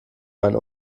mein